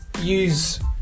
use